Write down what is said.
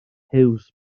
huws